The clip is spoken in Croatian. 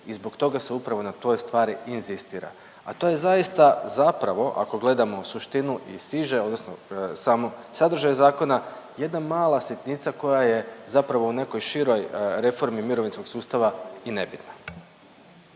i zbog toga se upravo na toj stvari inzistira. A to je zaista zapravo ako gledamo suštinu i siže odnosno samo sadržaj zakona jedna mala sitnica koja je zapravo u nekoj široj reformi mirovinskog sustava i nebitna.